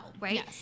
right